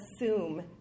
assume